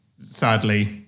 sadly